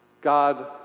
God